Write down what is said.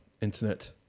internet